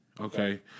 Okay